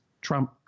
Trump